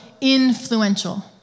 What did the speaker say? influential